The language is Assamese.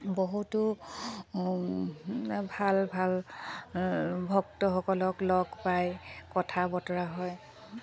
বহুতো ভাল ভাল ভক্তসকলক লগ পাই কথা বতৰা হয়